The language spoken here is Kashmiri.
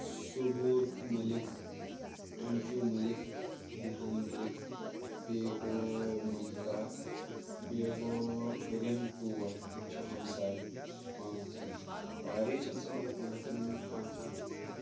صبوٗر ملِک اَنشوٗ ملِک دھہان ملِک بیٚیہِ گوٚو مٔہِدٕ کاک بیٚیہِ گوٚو کٔرِم ٹوٹھ یِم چھِ ہمساے زٕ پانٛژھ مےٚ واریاہ چھِ ہمساے مگر پانٛژَن ہُنٛدُے چھِ پانٛژَن ہُنٛد ووٚن مےٚ